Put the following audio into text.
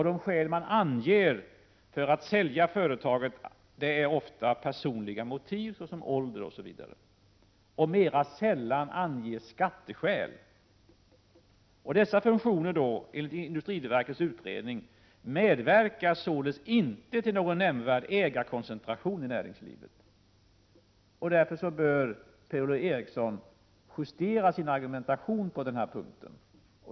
De motiv man anger för att sälja företaget är ofta personliga — ålder osv. Mer sällan anges skatteskäl. Dessa fusioner medverkar således inte till någon nämnvärd ägarkoncentration i näringslivet, enligt industriverkets utredning. Därför bör Per-Ola Eriksson justera sin argumentation på denna punkt.